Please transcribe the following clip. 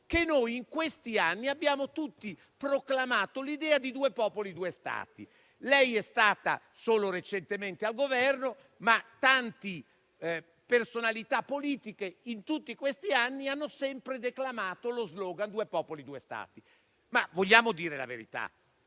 che noi in questi anni abbiamo tutti proclamato l'idea di due popoli, due Stati. Lei è stata solo recentemente al Governo, ma tante personalità politiche, in tutti questi anni, hanno sempre declamato lo *slogan* due popoli, due Stati. Vogliamo però dire la verità?